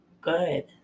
good